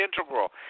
integral